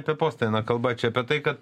apie postą kalba čia apie tai kad